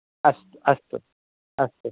अस्तु अस्तु अस्तु